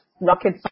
rocket